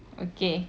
okay